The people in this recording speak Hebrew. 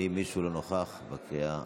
אם מישהו לא היה נוכח בקריאה הראשונה.